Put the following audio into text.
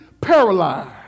paralyzed